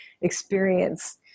experience